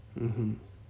mmhmm